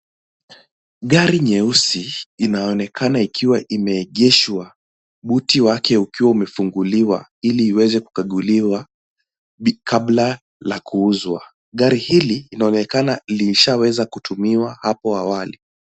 Gari nyeusi, inaonekana ikiwa imeegeshwa, buti wake ukiwa umefunguliwa, ili iweze kukaguliwa, kabla ya kuuzwa. Gari hili linaonekana lishaweza kutumiwa hapo awali.